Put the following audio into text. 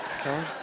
Okay